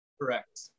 Correct